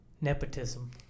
Nepotism